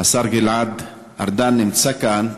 השר גלעד ארדן, נמצא כאן,